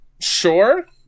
Sure